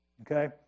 okay